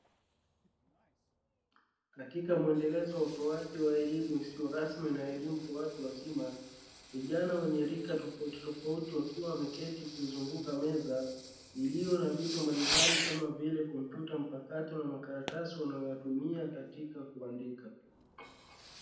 Katika mwendelezo wa utoaji wa elimu isiyo rasmi na elimu kwa watu wazima, vijana wenye rika tofautitofauti wakiwa wameketi kuizunguka meza iliyo na vitu mbalimbali, kama vile kompyuta mpakato na makaratasi wanayotumia kuandika.